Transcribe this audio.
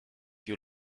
you